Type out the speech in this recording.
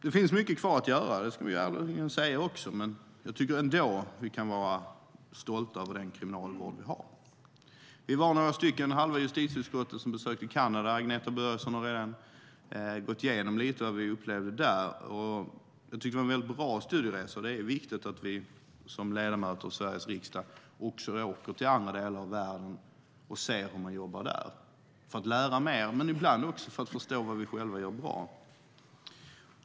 Det finns mycket kvar att göra - det finns det anledning att säga också - men jag tycker ändå att vi kan vara stolta över den kriminalvård som vi har. Halva justitieutskottet var och besökte Kanada. Agneta Börjesson har redan gått igenom lite av vad vi upplevde där. Jag tyckte att det var en mycket bra studieresa. Det är viktigt att vi som ledamöter i Sveriges riksdag åker till andra delar av världen och ser hur man jobbar där, för att lära mer men ibland också för att förstå vad vi själva gör bra.